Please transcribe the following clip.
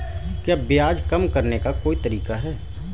क्या ब्याज कम करने का कोई तरीका है?